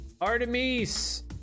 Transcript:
Artemis